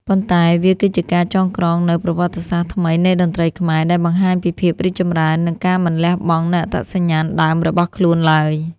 ប៉ុន្តែវាគឺជាការចងក្រងនូវប្រវត្តិសាស្ត្រថ្មីនៃតន្ត្រីខ្មែរ ដែលបង្ហាញពីភាពរីកចម្រើន និងការមិនលះបង់នូវអត្តសញ្ញាណដើមរបស់ខ្លួនឡើយ។